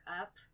up